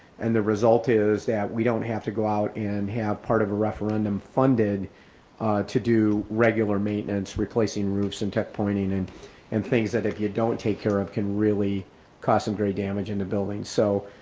and the result is that we don't have to go out and have part of a referendum funded to do regular maintenance, replacing roofs and tech pointing and and things that if you don't take care of can really cause some great damage in the buildings, so.